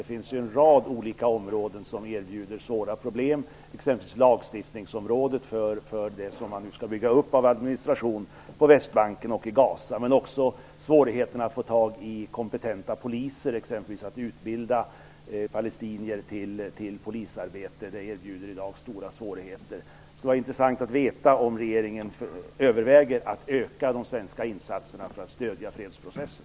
Det finns ju en rad olika områden som erbjuder svåra problem, exempelvis lagstiftningsområdet, för det man nu skall bygga upp av administration på Västbanken och i Gaza. Men också att få tag på kompetenta poliser som kan utbilda palestinier i polisarbete erbjuder i dag stora svårigheter. Det skulle vara intressant att veta om regeringen överväger att öka de svenska insatserna för att stödja fredsprocessen.